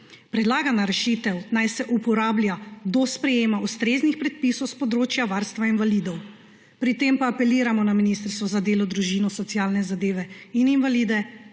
Predlagana rešitev naj se uporablja do sprejetja ustreznih predpisov s področja varstva invalidov. Pri tem pa apeliramo na Ministrstvo za delo, družino, socialne zadeve in enake